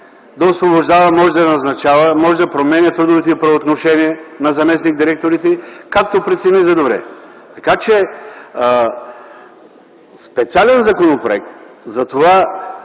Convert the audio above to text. да освобождава, да назначава, да променя трудовите правоотношения на заместник-директорите както прецени за добре. Така че, специален законопроект за това